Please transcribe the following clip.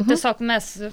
tiesiog mes